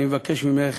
אני מבקש ממך